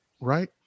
right